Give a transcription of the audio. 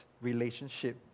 relationship